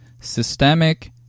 systemic